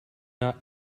not